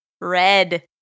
red